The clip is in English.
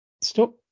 stop